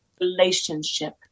relationship